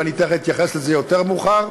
ואני אתייחס לזה יותר מאוחר,